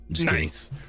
Nice